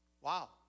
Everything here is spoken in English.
Wow